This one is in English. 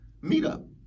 meetup